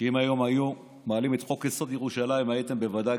שאם היום היו מעלים את חוק-יסוד: ירושלים הייתם בוודאי